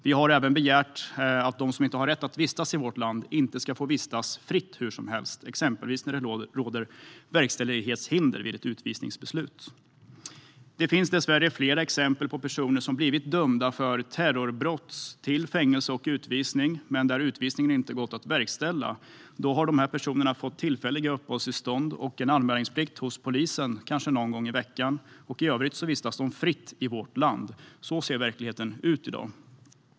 Vi har även begärt att de som inte har rätt att vistas i vårt land inte ska få vistas fritt hur som helst, exempelvis när det råder verkställighetshinder vid ett utvisningsbeslut. Det finns dessvärre flera exempel där personer blivit dömda för terrorbrott till fängelse och utvisning men utvisningen inte gått att verkställa. Då har dessa personer fått tillfälliga uppehållstillstånd och anmälningsplikt hos polisen kanske någon gång i veckan. I övrigt vistas de fritt i vårt land - så ser verkligheten ut i dag.